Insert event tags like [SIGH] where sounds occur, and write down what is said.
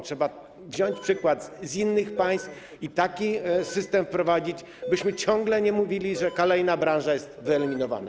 Trzeba wziąć [NOISE] przykład z innych państw i taki system wprowadzić, abyśmy ciągle nie mówili, że kolejna branża jest wyeliminowana.